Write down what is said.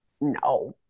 no